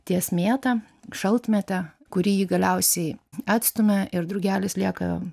ties mėta šaltmėte kurį ji galiausiai atstumia ir drugelis lieka